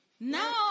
No